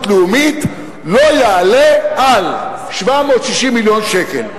לאומית לא יעלה על 760 מיליון שקל,